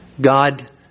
God